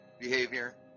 behavior